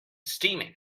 steaming